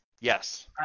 yes